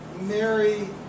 Mary